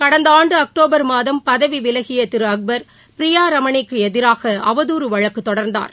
கடந்த ஆண்டு அக்டோபர் ்மாதம் பதவி விலகிய திரு அக்பர் பிரியா ரமணிக்கு எதிராக அவதூறு வழக்குதொடர்ந்தார்